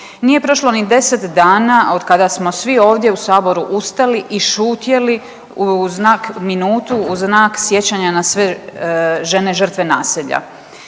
nije prošlo ni deset dana od kada smo svi ovdje u Saboru ustali i šutjeli minutu u znak sjećanja na sve žene žrtve nasilja.